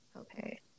Okay